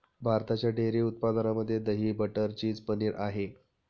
भारताच्या डेअरी उत्पादनामध्ये दही, बटर, चीज, पनीर आहे